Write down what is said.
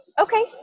Okay